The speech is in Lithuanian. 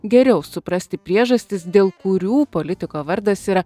geriau suprasti priežastis dėl kurių politiko vardas yra